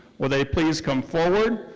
will they please come forward.